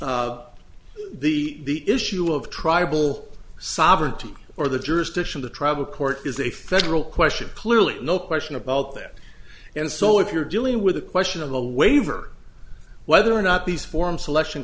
the issue of tribal sovereignty or the jurisdiction the tribal court is a federal question clearly no question about that and so if you're dealing with a question of a waiver whether or not these form selection